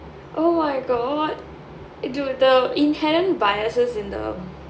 oh my god eh dude the inherent biases in the